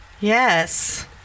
Yes